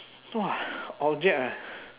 !wah! object ah